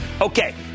Okay